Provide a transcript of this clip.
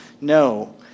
No